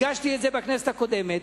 הגשתי את זה בכנסת הקודמת,